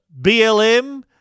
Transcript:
BLM